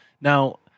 Now